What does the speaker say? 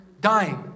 dying